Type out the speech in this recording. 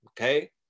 Okay